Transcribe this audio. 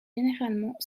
généralement